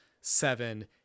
seven